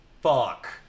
fuck